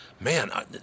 man